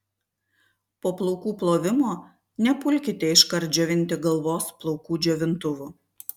po plaukų plovimo nepulkite iškart džiovinti galvos plaukų džiovintuvu